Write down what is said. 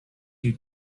you